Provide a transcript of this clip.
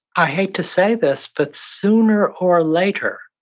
i hate to say this, but sooner or later,